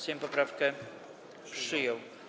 Sejm poprawkę przyjął.